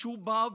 שהוא בא ואומר: